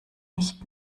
nicht